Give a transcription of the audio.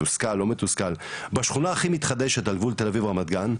מתוסכל או לא מתוסכל: בשכונה הכי מתחדשת על גבול תל אביב רמת גן.